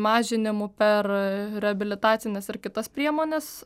mažinimu per reabilitacines ar kitas priemones